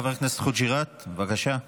חבר הכנסת חוג'יראת, בבקשה.